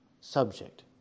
subject